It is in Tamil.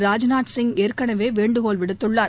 ராஜ்நாத் சிங் ஏற்கெனவே வேண்டுகோள் விடுத்துள்ளார்